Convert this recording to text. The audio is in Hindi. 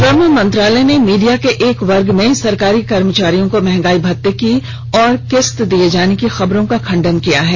श्रम मंत्रालय ने मीडिया के एक वर्ग में सरकारी कर्मचारियों को महंगाई भत्ते की और किस्त दिए जाने की खबरों का खंडन किया है